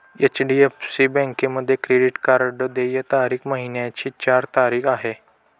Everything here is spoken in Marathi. एच.डी.एफ.सी बँकेमध्ये क्रेडिट कार्ड देय तारीख महिन्याची चार तारीख आहे